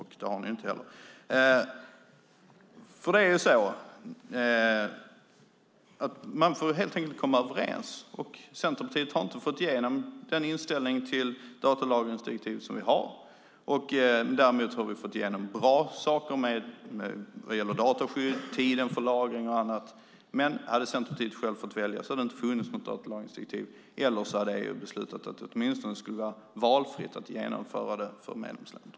Man får helt enkelt komma överens, och Centerpartiet har inte fått igenom sin inställning till datalagringsdirektivet. Däremot har vi fått igenom bra saker vad gäller dataskydd, lagringstid och annat. Men hade Centerpartiet självt fått välja hade det inte funnits ett datalagringsdirektiv eller så hade EU beslutat att det åtminstone skulle ha varit valfritt för medlemsländerna att genomföra det.